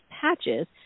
patches